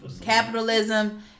Capitalism